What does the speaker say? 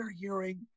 hearing